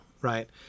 right